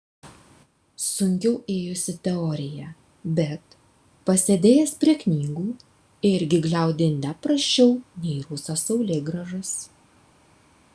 sunkiau ėjosi teorija bet pasėdėjęs prie knygų irgi gliaudė ne prasčiau nei rusas saulėgrąžas